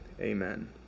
Amen